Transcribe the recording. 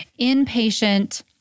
Inpatient